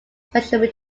special